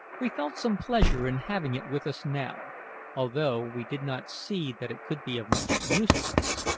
we felt some pleasure in having it with us now although we did not see that it could be of much use to us,